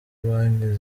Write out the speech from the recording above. banki